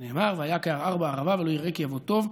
שנאמר: 'והיה כערער בערבה ולא יראה כי יבוא טוב,